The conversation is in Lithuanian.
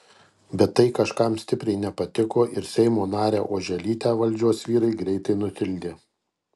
bet tai kažkam stipriai nepatiko ir seimo narę oželytę valdžios vyrai greitai nutildė